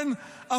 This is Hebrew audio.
כן,